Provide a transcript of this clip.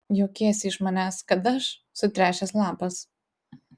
juokiesi iš manęs kad aš sutręšęs lapas